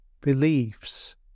beliefs